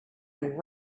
and